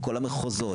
כל המחוזות,